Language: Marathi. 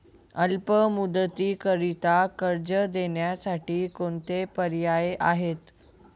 अल्प मुदतीकरीता कर्ज देण्यासाठी कोणते पर्याय आहेत?